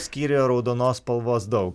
skyriuje raudonos spalvos daug